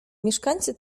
mieszkańcy